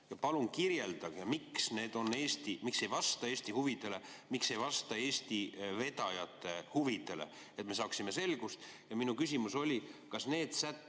Palun kirjeldage, miks need ei vasta Eesti huvidele, miks need ei vasta Eesti vedajate huvidele, et me saaksime selgust. Minu küsimus oli, kas need sätted